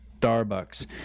starbucks